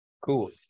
Cool